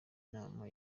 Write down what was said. nama